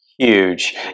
Huge